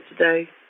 today